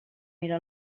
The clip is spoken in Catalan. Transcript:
era